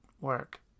work